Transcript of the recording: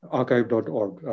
archive.org